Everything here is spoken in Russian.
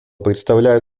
представляет